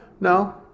No